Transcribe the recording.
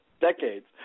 decades